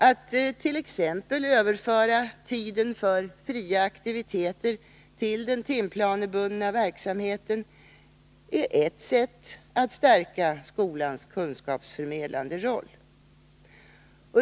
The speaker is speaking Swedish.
Att t.ex. överföra tiden för fria aktiviteter till den timplanebundna verksamheten är ert sätt att stärka skolans kunskapsförmedlande roll.